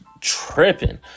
tripping